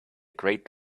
great